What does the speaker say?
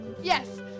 Yes